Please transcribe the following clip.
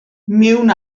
mewn